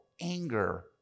anger